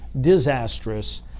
disastrous